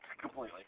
completely